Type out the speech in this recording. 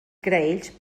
graells